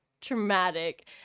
traumatic